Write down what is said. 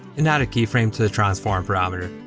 and add a keyframe to the transform parameter.